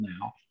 now